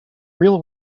real